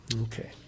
Okay